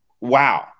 wow